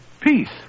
peace